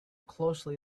closely